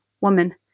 woman